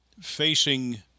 facing